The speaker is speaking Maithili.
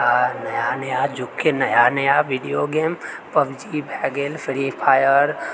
आ नया नया जुगके नया नया वीडियो गेम पबजी भए गेल फ्री फायर